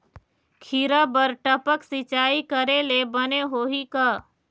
खिरा बर टपक सिचाई करे ले बने होही का?